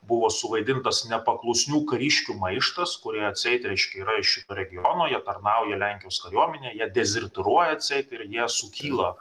buvo suvaidintas nepaklusnių kariškių maištas kurie atseit reiškia yra iš regiono jie tarnauja lenkijos kariuomenėj jie dezertyruoja atseit ir sukyla